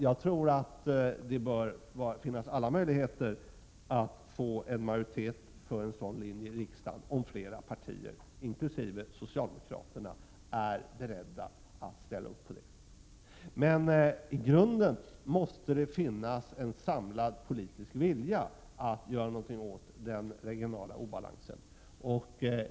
Jag tror att det finns alla möjligheter att få en majoritet för en sådan linje i riksdagen om flera partier, inkl. socialdemokraterna, är beredda att ställa upp för den. Men i grunden måste det finnas en samlad politisk vilja att göra någonting åt den regionala obalansen.